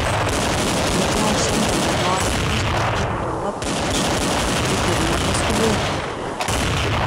bet jei šiandien dar nori grįžti ir juolab per mišką tai turime paskubėti